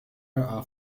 are